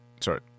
sorry